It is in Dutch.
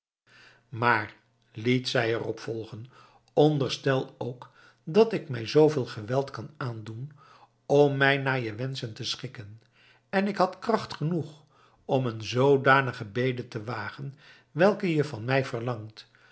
maar liet zij erop volgen onderstel ook dat ik mij zooveel geweld kan aandoen om mij naar je wenschen te schikken en ik had kracht genoeg om een zoodanige bede te wagen welke je van mij verlangt